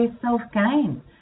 self-gain